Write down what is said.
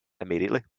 immediately